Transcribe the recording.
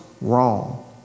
wrong